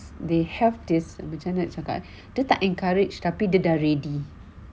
they have this macam mana nak cakap eh dia tak encourage tapi dia dah dah ready